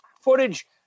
footage